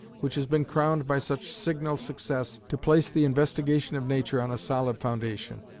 which has been crowned by such signal success, to place the investigation of nature on a solid foundation.